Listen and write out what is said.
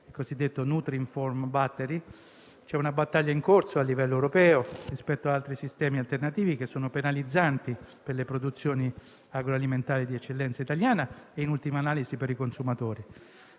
il cosiddetto *Nutrinform Battery*. C'è una battaglia in corso a livello europeo rispetto ad altri sistemi alternativi, che sono penalizzanti per le produzioni agroalimentari di eccellenza italiana e, in ultima analisi, per i consumatori.